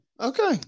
Okay